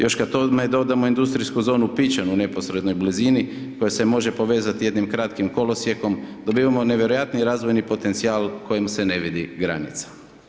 Još kada tome dodamo indoarijsku zonu Pičen u neposrednoj blizini, koja se može povezati jednim kratkim kolosijekom dobivamo nevjerojatni razvojni potencijal kojim se ne vidi granica.